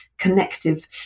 Connective